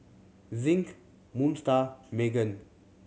Zinc Moon Star Megan